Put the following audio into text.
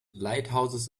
lighthouses